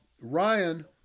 Ryan